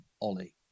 Ollie